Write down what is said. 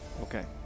Okay